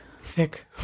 thick